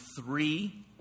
three